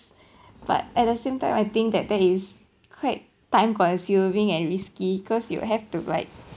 but at the same time I think that that is quite time consuming and risky cause you have to like